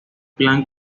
plan